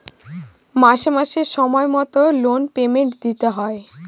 মাসে মাসে সময় মতো লোন পেমেন্ট দিতে হয়